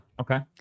Okay